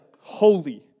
Holy